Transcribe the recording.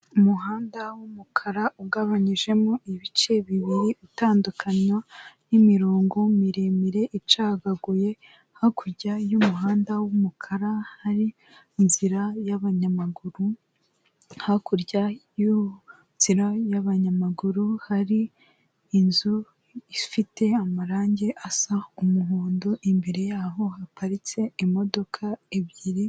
Umuhanda w'umukara ugabanyijemo ibice bibiri utandukanywa n'imirongo miremire icagaguye, hakurya y'umuhanda w'umukara hari inzira y'abanyamaguru, hakurya y'inzira y'abanyamaguru, hari inzu ifite amarangi asa umuhondo imbere yaho haparitse imodoka ebyiri.